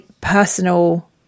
personal